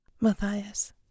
Matthias